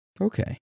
Okay